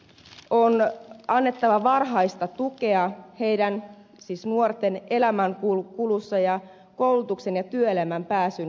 on annettava varhaista tukea nuorten elämänkulussa ja koulutukseen ja työelämään pääsyn edistämiseksi